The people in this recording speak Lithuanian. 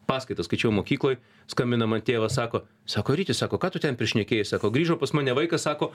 paskaitas skaičiau mokykloj skambina man tėvas sako sako rytis sako ką tu ten prišnekėjai sako grįžo pas mane vaikas sako